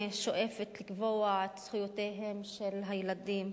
שואפת לקבוע את זכויותיהם של הילדים,